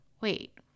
wait